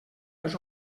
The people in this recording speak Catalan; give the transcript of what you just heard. les